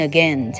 Again